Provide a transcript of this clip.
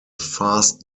fast